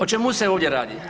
O čemu se ovdje radi?